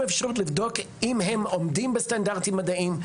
אפשרות לבדוק אם הם עומדים בסטנדרטים מדעיים.